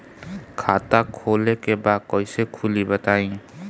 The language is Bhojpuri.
खाता खोले के बा कईसे खुली बताई?